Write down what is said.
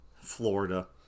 Florida